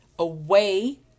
Away